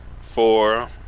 four